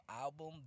album